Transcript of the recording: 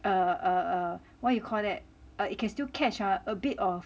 err err err what you call that err it can still catch ah a bit of